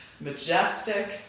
majestic